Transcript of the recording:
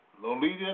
Lolita